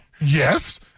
Yes